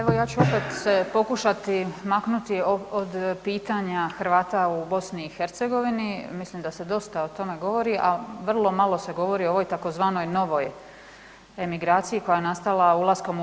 Evo, ja ću opet se pokušati maknuti od pitanja Hrvata u BiH, mislim da se dosta o tome govori, a vrlo malo se govori o ovoj tzv. novoj emigraciji koja je nastala ulaskom u EU.